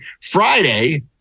Friday